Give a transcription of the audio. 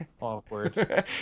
Awkward